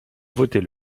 votez